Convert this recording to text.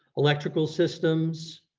electrical systems.